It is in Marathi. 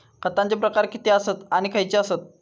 खतांचे प्रकार किती आसत आणि खैचे आसत?